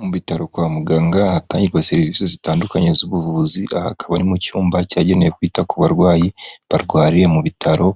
Mu bitaro kwa muganga hatangirwa serivisi zitandukanye z'ubuvuzi aha akaba ari mu cyumba cyagenewe kwita ku barwayi barwariye mu bitaro